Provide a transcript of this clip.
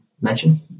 mention